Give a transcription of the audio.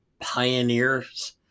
pioneers